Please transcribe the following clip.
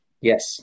Yes